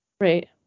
right